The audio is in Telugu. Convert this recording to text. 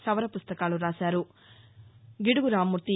సవర పుస్తకాలు రాశారు గిడుగు రామ్మూర్తి